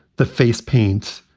the face paint,